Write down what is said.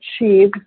achieve